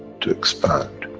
to expand.